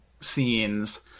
scenes